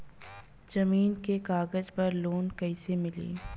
जमीन के कागज पर लोन कइसे मिली?